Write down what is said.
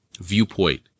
viewpoint